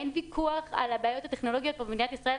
אין ויכוח על הבעיות הטכנולוגיות במדינת ישראל,